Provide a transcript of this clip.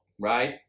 right